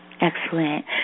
Excellent